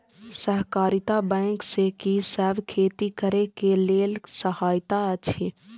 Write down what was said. सहकारिता बैंक से कि सब खेती करे के लेल सहायता अछि?